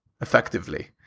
Effectively